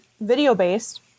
video-based